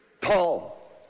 Paul